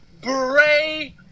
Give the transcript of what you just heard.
Bray